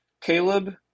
Caleb